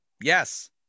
yes